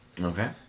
Okay